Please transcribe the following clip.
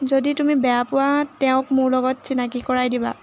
যদি তুমি বেয়া পোৱা তেওঁক মোৰ লগত চিনাকি কৰাই দিবা